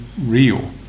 real